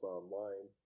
Online